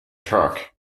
truck